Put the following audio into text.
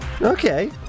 Okay